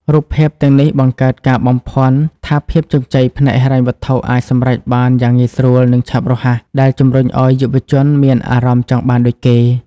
រូបភាពទាំងនេះបង្កើតការបំភាន់ថាភាពជោគជ័យផ្នែកហិរញ្ញវត្ថុអាចសម្រេចបានយ៉ាងងាយស្រួល និងឆាប់រហ័ស ដែលជំរុញឱ្យយុវជនមានអារម្មណ៍ចង់បានដូចគេ។